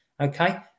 Okay